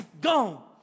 Gone